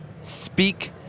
speak